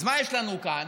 אז מה יש לנו כאן?